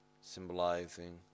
symbolizing